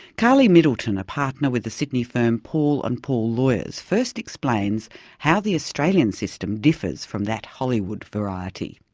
carly middleton, a partner with the sydney firm paul and paul lawyers first explains how the australian system differs from that hollywood variety.